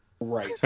Right